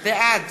בעד